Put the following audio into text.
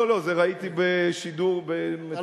לא לא, את זה ראיתי בשידור מצולם.